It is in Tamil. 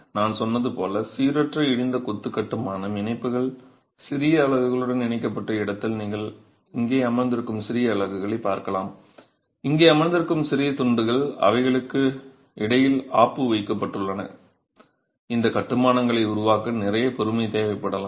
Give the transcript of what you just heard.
நான் சொன்னது போல் சீரற்ற இடிந்த கொத்து கட்டுமானம் இணைப்புகள் சிறிய அலகுகளுடன் இணைக்கப்பட்ட இடத்தில் நீங்கள் இங்கே அமர்ந்திருக்கும் சிறிய அலகுகளைப் பார்க்கலாம் இங்கே அமர்ந்திருக்கும் சிறிய துண்டுகள் அவைகளுக்கு இடையில் ஆப்பு வைக்கப்பட்டுள்ளன இந்த கட்டுமானங்களை உருவாக்க நிறைய பொறுமை தேவைப்படலாம்